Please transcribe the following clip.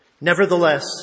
Nevertheless